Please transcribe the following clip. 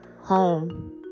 home